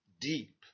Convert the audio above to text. deep